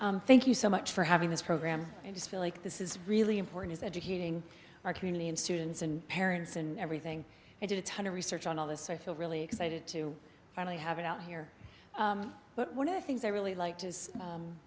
you thank you so much for having this program i just feel like this is really important is educating our community and students and parents and everything i did a ton of research on all this so i feel really excited to finally have it out here but one of the things i really liked is